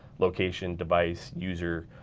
location, device, user,